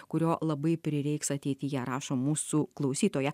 kurio labai prireiks ateityje rašo mūsų klausytoja